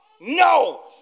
No